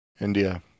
India